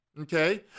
okay